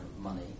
money